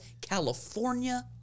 California